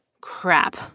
crap